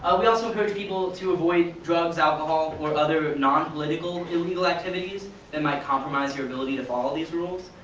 ah we also encourage people to avoid drugs, alcohol, or other non-political illegal activities that might compromise your ability to follow these rules.